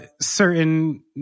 certain